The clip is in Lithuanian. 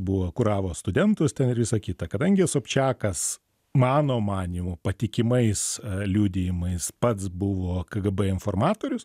buvo kuravo studentus ten ir visa kita kadangi sobčiakas mano manymu patikimais liudijimais pats buvo kgb informatorius